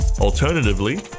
Alternatively